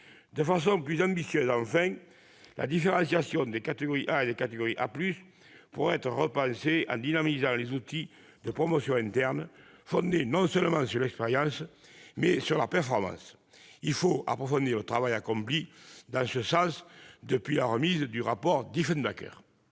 De façon plus ambitieuse enfin, la différenciation de la catégorie A et de la catégorie A+ pourrait être repensée. Il faudrait dynamiser les outils de promotion interne qui doivent être fondés non seulement sur l'expérience, mais aussi sur la performance. Il faut approfondir le travail accompli dans ce sens depuis la remise du rapport Diefenbacher.